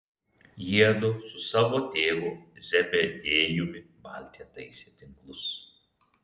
jiedu su savo tėvu zebediejumi valtyje taisė tinklus